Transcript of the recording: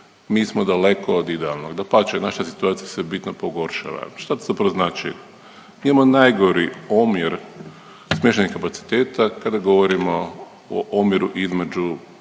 mi smo daleko od idealnog. Dapače naša situacija se bitno pogoršava. Šta to zapravo znači? Mi imamo najgori omjer smještajnih kapaciteta kada govorimo o omjeru između